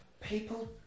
people